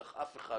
אף אחד